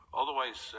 otherwise